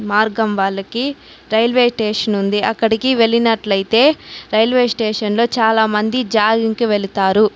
మార్గం వాళ్లకి railway station ఉంది అక్కడికి వెళ్లినట్లయితే రైల్వే స్టేషన్లో చాలామంది జాగింగ్కి వెళతారు